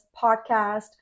podcast